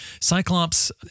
Cyclops